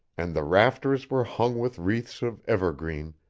and the rafters were hung with wreaths of evergreen,